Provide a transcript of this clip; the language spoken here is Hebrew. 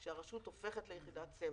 שהרשות הופכת ליחידת סמך.